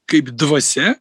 kaip dvasia